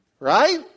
Right